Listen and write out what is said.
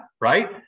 right